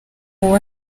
uwo